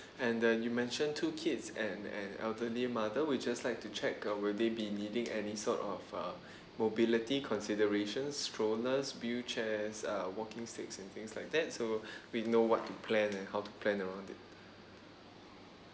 and then you mentioned two kids and an elderly mother we're just like to check uh will they be needing any sort of uh mobility consideration strollers wheelchairs uh walking sticks and things like that so we know what to plan and how to plan around it